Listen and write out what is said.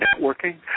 networking